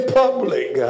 public